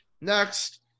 Next